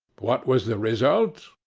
what was the result?